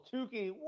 Tukey